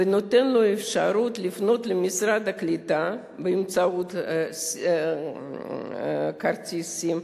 נותן לו אפשרות לפנות למשרד הקליטה באמצעות כרטיס SIM,